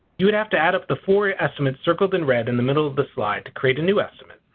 you would have to add up the four estimates circled in red in the middle of the slide to create a new estimate.